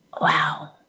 wow